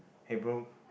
hey bro